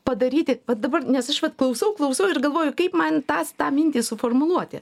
padaryti va dabar nes aš vat klausau klausau ir galvoju kaip man tas tą mintį suformuluoti